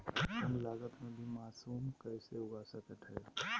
कम लगत मे भी मासूम कैसे उगा स्केट है?